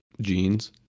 jeans